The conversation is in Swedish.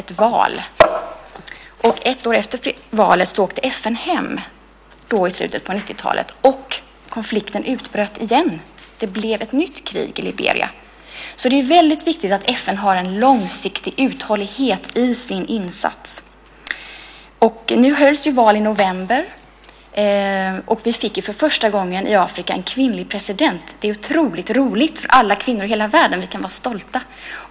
Ett år efter valet åkte FN hem, i slutet på 90-talet, och konflikten utbröt igen - det blev ett nytt krig i Liberia. Det är väldigt viktigt att FN har en långsiktig uthållighet i sin insats. Nu hölls val i november, och vi fick för första gången i Afrika en kvinnlig president. Det är otroligt roligt för alla kvinnor i hela världen - vi kan vara stolta.